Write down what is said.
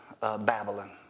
Babylon